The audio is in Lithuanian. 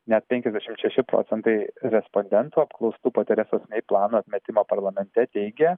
net penkiasdešim šeši procentai respondentų apklaustų po teresos mei plano atmetimo parlamente teigė